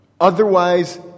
otherwise